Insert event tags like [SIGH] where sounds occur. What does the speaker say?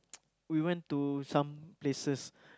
[NOISE] we went to some places